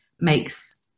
makes